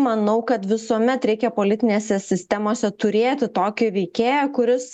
manau kad visuomet reikia politinėse sistemose turėti tokį veikėją kuris